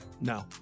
no